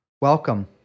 Welcome